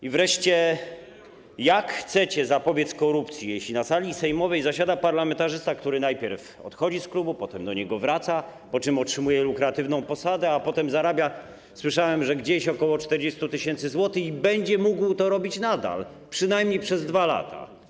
I wreszcie jak chcecie zapobiec korupcji, jeśli na sali sejmowej zasiada parlamentarzysta, który najpierw odchodzi z klubu, potem do niego wraca, po czym otrzymuje lukratywną posadę, a potem zarabia, jak słyszałem, gdzieś ok. 40 tys. zł i będzie mógł to robić nadal przynajmniej przez 2 lata?